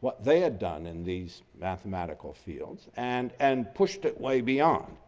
what they had done in these mathematical fields and and pushed it way beyond.